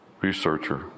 researcher